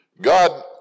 God